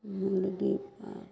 मुर्गी पालन